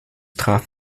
traf